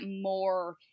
more